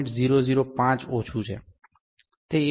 005 ઓછું છે તે એકદમ નજીક છે